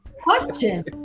question